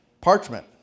Parchment